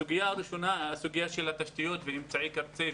הסוגיה הראשונה היא הסוגיה של התשתיות ואמצעי הקצה,